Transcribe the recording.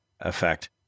effect